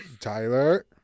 Tyler